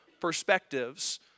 perspectives